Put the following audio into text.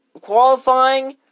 qualifying